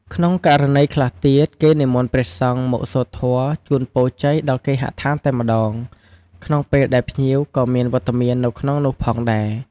ក្នុងករណីខ្លះទៀត គេនិមន្តព្រះសង្ឃមកសូត្រធម៌ជូនពរជ័យដល់គេហដ្ឋានតែម្ដង ក្នុងពេលដែលភ្ញៀវក៏មានវត្តមាននៅក្នុងនោះផងដែរ។